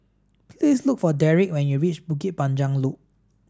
please look for Derik when you reach Bukit Panjang Loop